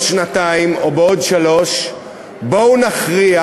שנתיים או בעוד שלוש שנים: בואו נכריח,